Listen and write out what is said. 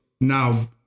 now